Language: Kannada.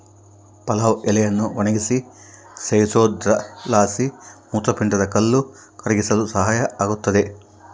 ಪಲಾವ್ ಎಲೆಯನ್ನು ಒಣಗಿಸಿ ಸೇವಿಸೋದ್ರಲಾಸಿ ಮೂತ್ರಪಿಂಡದ ಕಲ್ಲು ಕರಗಿಸಲು ಸಹಾಯ ಆಗುತ್ತದೆ